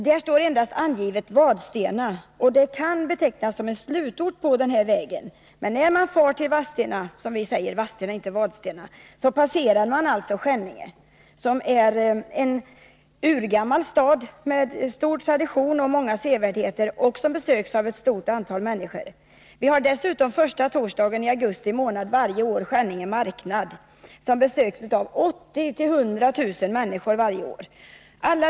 Där står endast angivet Vadstena, och det kan anses vara en slutort på denna väg, men när man far till Vadstena passerar man alltså Skänninge. Skänninge är en urgammal stad med långa traditioner och många sevärdheter, och den besöks av ett stort antal människor. Första torsdagen i augusti månad varje år har vi dessutom Skänninge marknad, som besöks av 80 000 till 100 000 människor.